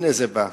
הנה זה בא.